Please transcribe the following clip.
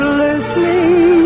listening